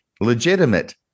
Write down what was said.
legitimate